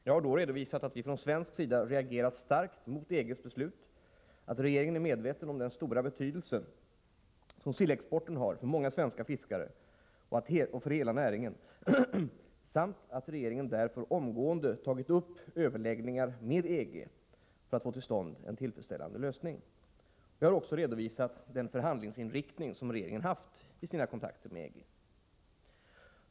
Jag har då redovisat att vi från svensk sida reagerat starkt mot EG:s beslut, att regeringen är medveten om den stora betydelse som sillexporten har för många svenska fiskare och för hela näringen samt att regeringen därför omgående tagit upp överläggningar med EG för att få till stånd en tillfredsställande lösning. Jag har också redovisat den förhandlingsinriktning som regeringen haft i sina kontakter med EG.